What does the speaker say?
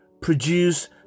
produce